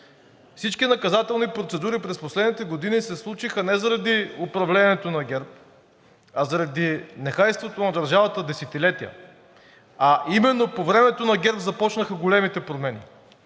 Всички наказателни процедури през последните години се случиха не заради управлението на ГЕРБ, а заради нехайството на държавата десетилетия и именно по времето на ГЕРБ започнаха големите промени.